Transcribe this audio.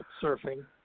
surfing